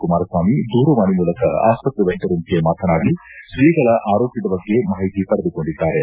ಕುಮಾರಸ್ವಾಮಿ ದೂರವಾಣಿ ಮೂಲಕ ಆಸ್ಪತ್ರೆ ವೈದ್ಯರೊಂದಿಗೆ ಮಾತನಾಡಿ ಶ್ರೀಗಳ ಆರೋಗ್ಯದ ಬಗ್ಗೆ ಮಾಹಿತಿ ಪಡೆದುಕೊಂಡಿದ್ದಾರೆ